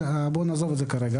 אבל בואו נעזוב את זה כרגע